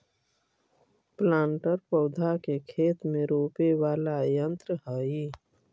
planter पौधा के खेत में रोपे वाला यन्त्र हई